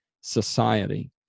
society